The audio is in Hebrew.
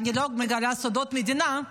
אני לא מגלה סודות מדינה,